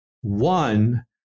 One